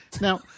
Now